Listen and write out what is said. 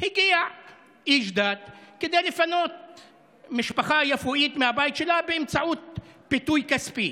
הגיע איש דת כדי לפנות משפחה יפואית מהבית שלה באמצעות פיתוי כספי.